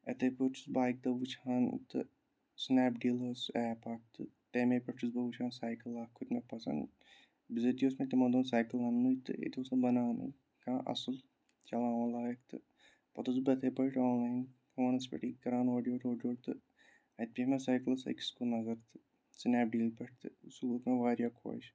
اِتھے پٲٹھۍ چھُس بہٕ بایِک تہٕ وُچھان تہٕ سنیپ ڈیٖل ٲس ایپ اکھ تہٕ تَمے پٮ۪ٹھ چھُس بہٕ وُچھان سایکٕل اکھ کھوٚت مےٚ پَسنٛد بِزٲتی اوس مےٚ تِمو دۄہن سایکٕل اَننُے تہٕ أتی اوس نہٕ بَناونٕے کانٛہہ اَصٕل چلاوان لایق تہٕ پَتہٕ اوسُس بہٕ اِتھَے پٲٹھۍ آنلاین فونَس پٮ۪ٹھ یہِ کَران اورٕ یورٕ اورٕ یور تہٕ اَتہِ پیٚیہِ مےٚ سایکَل ٲسۍ أکِس کُن نَظر تہٕ سنیپ ڈیٖل پٮ۪ٹھ تہٕ سُہ گوٚو مےٚ واریاہ خۄش